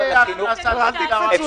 חינוך לגיל הרך.